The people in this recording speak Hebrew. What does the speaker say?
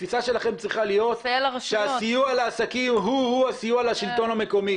התפיסה שלכם צריכה להיות שהסיוע לעסקים הוא הוא הסיוע לשלטון המקומי.